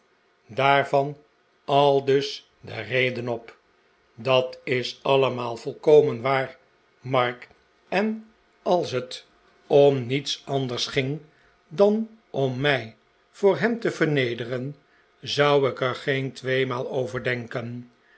aldus de reden op dat is allemaal volkomen waar mark en als het om niets anders ging dan om mij voor hem te vernederen zou ik er geen tweemaal over